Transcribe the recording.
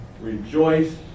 Rejoice